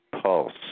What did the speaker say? pulse